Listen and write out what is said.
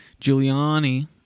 Giuliani